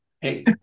hey